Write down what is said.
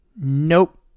nope